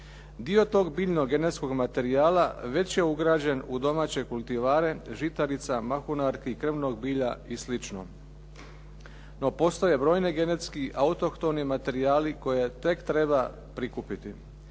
Dio tog biljnog genetskog materijala već je ugrađen u domaće kultivare žitarica, mahunarki, krvnog bilja i slično. No, postoje brojni genetski autohtoni materijali koje tek treba prikupiti.